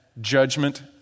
judgment